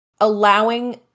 allowing